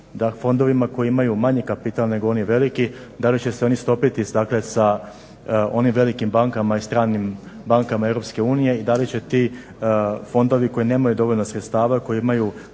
fondovima koji imaju manji kapital nego veliki? Da li će se oni stopiti sa onim velikim bankama i stranim bankama EU i da li će ti fondovi koji nemaju dovoljno sredstava i koji imaju